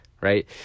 right